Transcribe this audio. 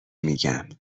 میگم